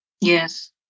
Yes